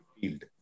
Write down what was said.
field